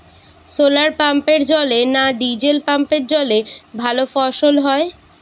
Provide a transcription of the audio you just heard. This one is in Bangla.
শোলার পাম্পের জলে না ডিজেল পাম্পের জলে ভালো ফসল হয়?